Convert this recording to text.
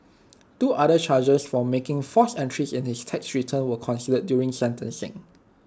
two other charges for making false entries in his tax returns were considered during sentencing